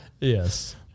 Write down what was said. Yes